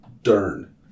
Dern